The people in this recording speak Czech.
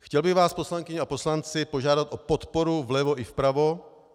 Chtěl bych vás, poslankyně a poslanci, požádat o podporu vlevo i vpravo.